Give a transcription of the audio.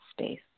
space